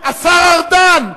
השר ארדן.